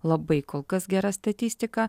labai kol kas gera statistika